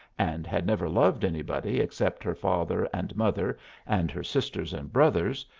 and had never loved anybody except her father and mother and her sisters and brothers,